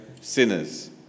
sinners